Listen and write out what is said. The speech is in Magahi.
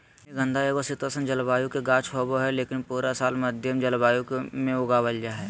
रजनीगंधा एगो शीतोष्ण जलवायु के गाछ होबा हय, लेकिन पूरा साल मध्यम जलवायु मे उगावल जा हय